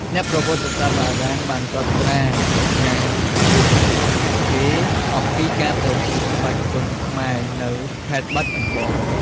អ្នកប្រវត្តិសាស្រ្តបារាំងបានកត់ត្រាការសង្កេតរបស់ពួកគេអំពីការប្រកួតក្បាច់គុនខ្មែរនៅខេត្តបាត់ដំបង។